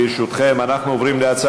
אם כן, הצעת חוק איסור התערבות